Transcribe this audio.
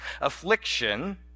Affliction